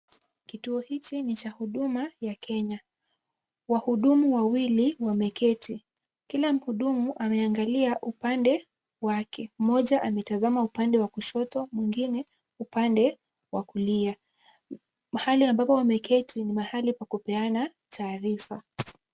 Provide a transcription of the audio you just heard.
Kituo hiki ni cha huduma ya Kenya. Wahudumu wawili wameketi. Kila mhudumu ameangalia upande wake. Mmoja ametazama upande wa kushoto mwingine wa kulia. Mahali ambapo wameketi ni mahali pa kupeana taarifa.